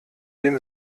dem